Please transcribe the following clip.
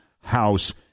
house